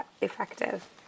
effective